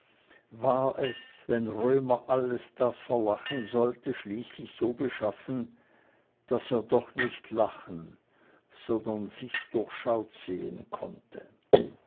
war es wenn römer alles das verlachen sollte schließlich so beschaffen daß er doch nicht lachen sondern sich durchschaut sehen konnte